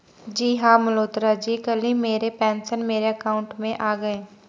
जी हां मल्होत्रा जी कल ही मेरे पेंशन मेरे अकाउंट में आ गए